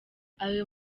ayo